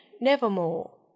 Nevermore